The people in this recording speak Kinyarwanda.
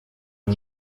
uwo